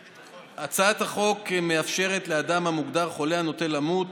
הצעת החוק מאפשרת לאדם המוגדר "חולה הנוטה למות"